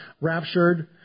raptured